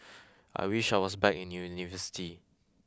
I wish I was back in an university